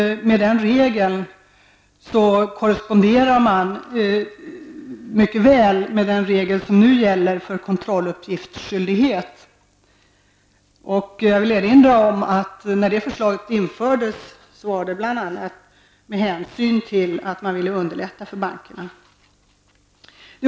Med denna regel blir det mycket god överensstämmelse med den regel som nu gäller beträffande kontrolluppgiftsskyldighet. Bestämmelsen infördes bl.a. därför att man ville underlätta för bankerna.